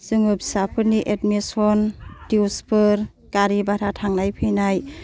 जोङो फिसाफोरनि एडमिसन दिउसफोर गारि भारा थांनाय फैनाय